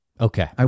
Okay